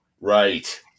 Right